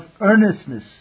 earnestness